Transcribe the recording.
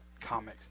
comics